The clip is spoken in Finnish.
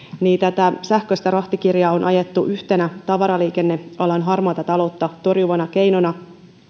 tätä sähköistä rahtikirjaa on ajettu yhtenä tavaraliikennealan harmaata taloutta torjuvana keinona